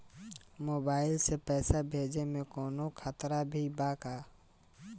Mobile से पैसा भेजे मे कौनों खतरा भी बा का?